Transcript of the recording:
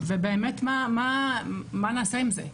ובאמת מה נעשה עם זה.